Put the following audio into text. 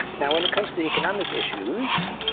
now when it comes to the economic issues,